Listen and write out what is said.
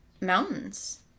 Mountains